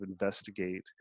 investigate